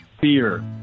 fear